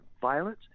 violence